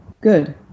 Good